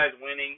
winning